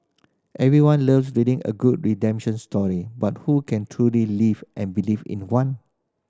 everyone love reading a good redemption story but who can truly live and believe in one